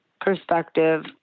perspective